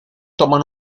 toman